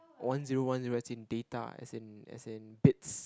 one zero one zero as in data as in as in bits